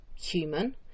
human